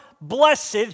blessed